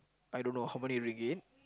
I don't know how many ringgit